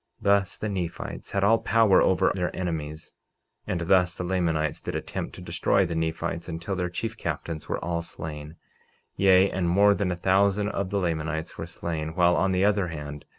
thus the nephites had all power over their enemies and thus the lamanites did attempt to destroy the nephites until their chief captains were all slain yea, and more than a thousand of the lamanites were slain while, on the other hand,